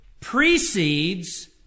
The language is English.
precedes